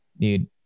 dude